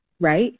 right